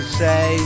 say